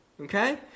Okay